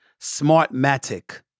Smartmatic